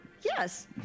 Yes